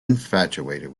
infatuated